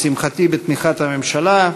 לשמחתי, בתמיכת הממשלה.